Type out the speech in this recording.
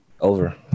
Over